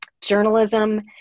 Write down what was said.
journalism